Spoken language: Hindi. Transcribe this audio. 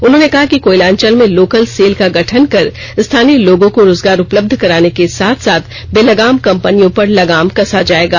उन्होंने कहा कि कोयलांचल में लोकल सेल का गठन कर स्थानीय लोगों को रोजगार उपलब्ध कराने के साथ साथ बेलगाम कंपनियों पर लगाम कसा जाएगा